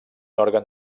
òrgan